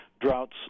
droughts